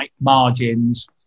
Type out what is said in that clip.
margins